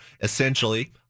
essentially